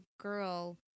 girl